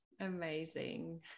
Amazing